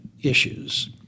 issues